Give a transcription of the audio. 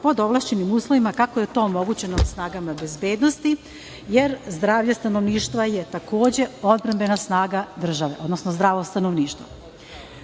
pod povlašćenim uslovima, kako je to omogućeno snagama bezbednosti, jer zdravlje stanovništva je takođe odbrambena snaga države, odnosno zdravo stanovništvo. Poslednjih